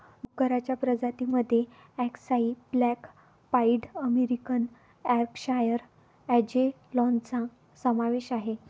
डुक्करांच्या प्रजातीं मध्ये अक्साई ब्लॅक पाईड अमेरिकन यॉर्कशायर अँजेलॉनचा समावेश आहे